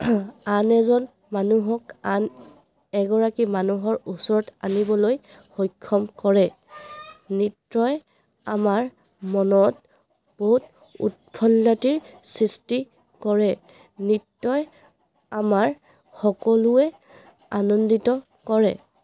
আন এজন মানুহক আন এগৰাকী মানুহৰ ওচৰত আনিবলৈ সক্ষম কৰে নৃত্যই আমাৰ মনত বহুত সৃষ্টি কৰে নৃত্যই আমাৰ সকলোৱে আনন্দিত কৰে